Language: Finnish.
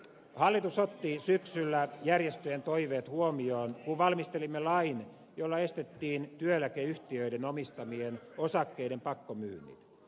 hallitus otti syksyllä järjestöjen toiveet huomioon kun valmistelimme lain jolla estettiin työeläkeyhtiöiden omistamien osakkeiden pakkomyynnit